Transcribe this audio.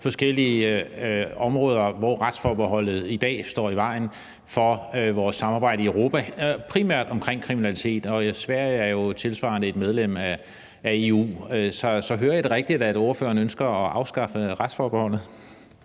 forskellige områder, hvor retsforbeholdet i dag står i vejen for vores samarbejde i Europa, primært omkring kriminalitet; og Sverige er jo tilsvarende et medlem af EU. Så hører jeg det rigtigt, altså at ordføreren ønsker at afskaffe retsforbeholdet?